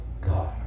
God